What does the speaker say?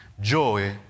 Joy